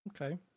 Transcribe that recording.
Okay